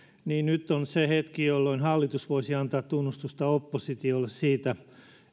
niin nyt on se hetki jolloin hallitus voisi antaa tunnustusta oppositiolle siitä